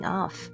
off